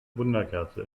wunderkerze